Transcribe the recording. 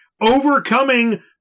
overcoming